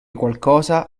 qualcosa